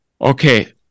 Okay